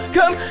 Come